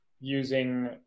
using